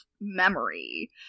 memory